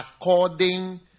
according